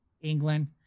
England